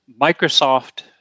Microsoft